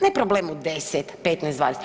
Ne problemu 10, 15, 20.